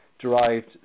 derived